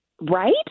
Right